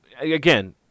Again